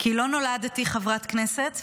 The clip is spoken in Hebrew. כי לא נולדתי חברת כנסת,